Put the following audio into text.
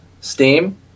Steam